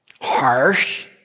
harsh